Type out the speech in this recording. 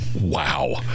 Wow